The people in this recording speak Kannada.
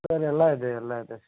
ಸರ್ ಎಲ್ಲ ಇದೆ ಎಲ್ಲ ಇದೆ ಸರ್